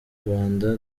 rwanda